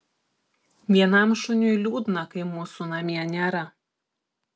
vienam šuniui liūdna kai mūsų namie nėra